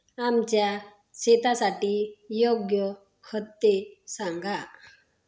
आमच्या शेतासाठी योग्य खते सांगा